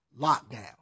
lockdown